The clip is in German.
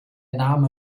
name